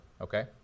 okay